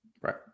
Right